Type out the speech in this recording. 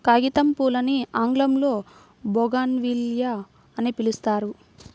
కాగితంపూలని ఆంగ్లంలో బోగాన్విల్లియ అని పిలుస్తారు